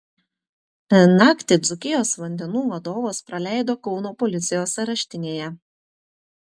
naktį dzūkijos vandenų vadovas praleido kauno policijos areštinėje